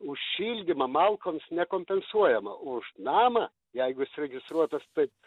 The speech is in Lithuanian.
už šildymą malkoms nekompensuojama už namą jeigu jis registruotas taip